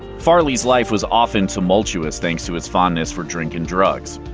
farley's life was often tumultuous thanks to his fondness for drink and drugs.